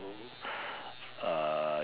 uh